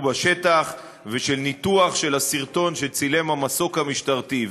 בשטח ושל ניתוח הסרטון שצילם המסוק המשטרתי,